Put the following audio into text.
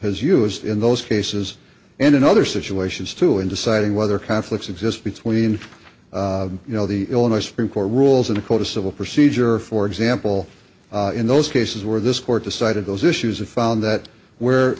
used in those cases and in other situations too in deciding whether conflicts exist between you know the illinois supreme court rules in the court of civil procedure for example in those cases where this court decided those issues and found that where